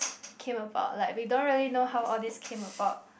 came about like we don't really know how all these came about